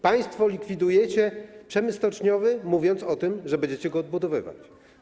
Państwo likwidujecie przemysł stoczniowy, mówiąc o tym, że będziecie go odbudowywać.